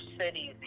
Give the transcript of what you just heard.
cities